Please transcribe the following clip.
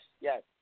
yes